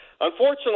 Unfortunately